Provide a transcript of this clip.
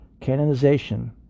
Canonization